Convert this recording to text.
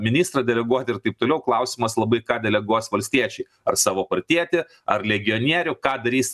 ministrą deleguoti ir taip toliau klausimas labai ką deleguos valstiečiai ar savo partietį ar legionierių ką darys